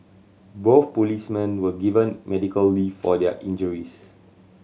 both policemen were given medical leave for their injuries